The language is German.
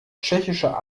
tschechischer